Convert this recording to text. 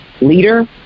leader